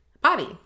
body